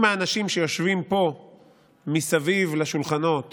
אם האנשים שיושבים פה מסביב לשולחנות